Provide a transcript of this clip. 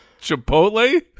Chipotle